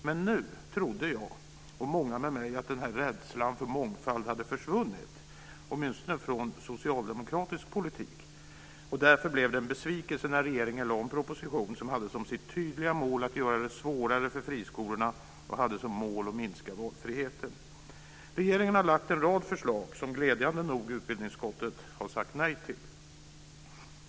Men nu trodde jag och många med mig att den här rädslan för mångfald hade försvunnit, åtminstone från socialdemokratisk politik. Därför blev det en besvikelse när regeringen lade fram en proposition som hade som sitt tydliga mål att göra det svårare för friskolorna och att minska valfriheten. Regeringen har lagt fram en rad förslag som utbildningsutskottet glädjande nog har sagt nej till.